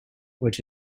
which